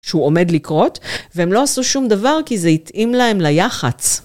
שהוא עומד לקרות והם לא עשו שום דבר כי זה התאים להם ליח"צ.